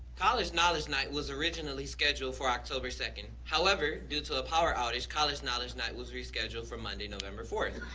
college knowledge night was originally scheduled for october second. however, due to a power outage, college knowledge night was rescheduled for monday, november fourth.